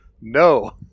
No